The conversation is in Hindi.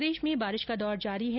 प्रदेश में बारिश का दौर जारी है